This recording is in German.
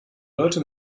leute